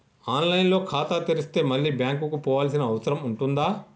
On line లో ఖాతా తెరిస్తే మళ్ళీ బ్యాంకుకు పోవాల్సిన అవసరం ఉంటుందా?